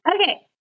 Okay